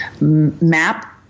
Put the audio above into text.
map